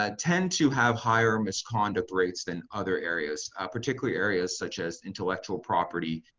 ah tend to have higher misconduct rates than other areas, particularly areas such as intellectual property,